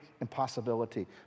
impossibility